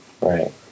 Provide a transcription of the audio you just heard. Right